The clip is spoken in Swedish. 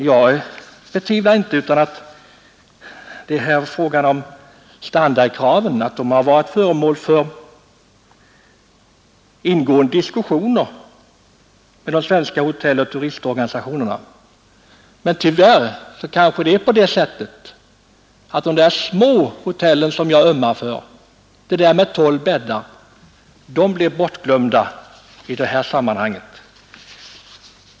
Jag betvivlar inte att standardkraven har varit föremål för ingående diskussioner med de svenska hotelloch turistorganisationerna, men tyvärr är det kanske så att de små hotellen som jag ömmar för — med t.ex. tolv bäddar — blir bortglömda i detta sammanhang.